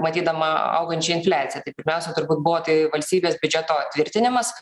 matydama augančią infliaciją tai pirmiausia turbūt buvo tai valstybės biudžeto tvirtinimas